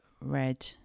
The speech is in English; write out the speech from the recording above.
red